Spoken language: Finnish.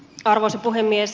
arvoisa puhemies